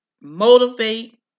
motivate